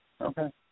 Okay